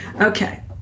Okay